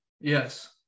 Yes